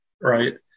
right